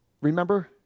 Remember